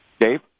Dave